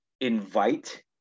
invite